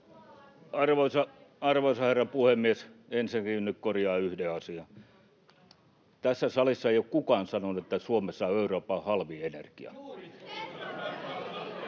Arvoisa herra puhemies! Ensinnäkin nyt korjaan yhden asian. Tässä salissa ei ole kukaan sanonut, että Suomessa on Euroopan halvin energia.